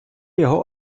його